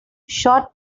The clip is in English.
short